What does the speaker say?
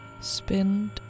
Spend